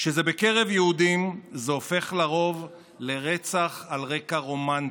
כשזה בקרב יהודים זה הופך לרוב ל"רצח על רקע רומנטי".